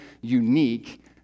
unique